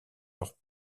leurs